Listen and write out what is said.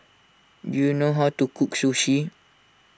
do you know how to cook Sushi